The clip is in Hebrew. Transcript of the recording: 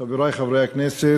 חברי חברי הכנסת,